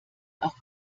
auch